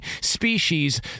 species